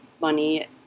money